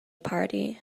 party